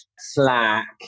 Slack